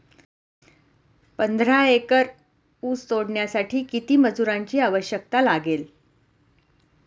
पंधरा एकर ऊस तोडण्यासाठी किती मजुरांची आवश्यकता लागेल?